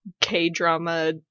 K-drama